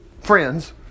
friends